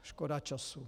Škoda času.